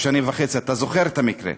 14 שנים וחצי, אתה זוכר את המקרה.